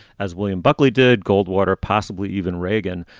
as william buckley did, goldwater, possibly even reagan.